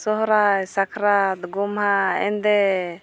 ᱥᱚᱦᱚᱨᱟᱭ ᱥᱟᱠᱨᱟᱛ ᱜᱚᱢᱦᱟ ᱮᱸᱫᱮ